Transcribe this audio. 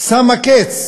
שמה קץ